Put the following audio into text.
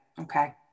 okay